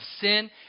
sin